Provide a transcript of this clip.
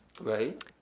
Right